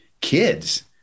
kids